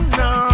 no